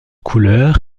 couleur